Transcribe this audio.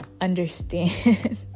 understand